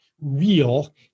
real